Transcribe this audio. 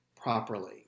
properly